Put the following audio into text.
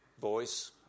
voice